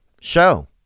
show